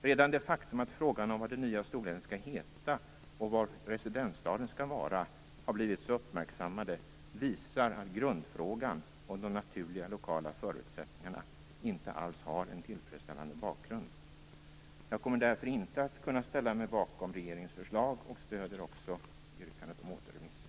Redan det faktum att frågan om vad det nya storlänet skall heta och vilken residensstaden skall vara har blivit så uppmärksammat visar att grundfrågan om de naturliga lokala förutsättningarna inte alls har en tillfredsställande bakgrund. Jag kommer därför inte att kunna ställa mig bakom regeringens förslag, och jag stöder också yrkandet om återremiss.